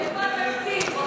איפה התקציב?